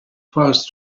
passed